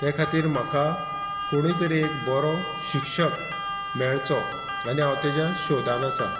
त्या खातीर म्हाका कोणूय तरी एक बरो शिक्षक मेळचो आनी हांव तेज्या शोधान आसा